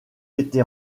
été